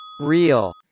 real